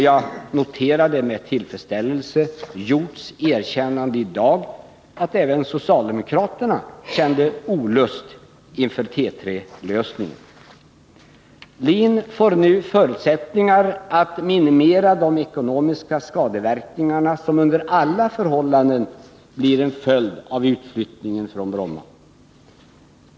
Jag noterade med tillfredsställelse Nils Hjorths erkännande i dag att även socialdemokraterna kände olust inför T3-lösningen. LIN får nu förutsättningar att minimera de ekonomiska skadeverkningarna, som under alla förhållanden blir en följd av utflyttningen från Bromma.